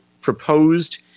proposed